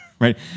Right